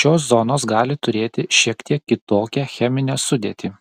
šios zonos gali turėti šiek tiek kitokią cheminę sudėtį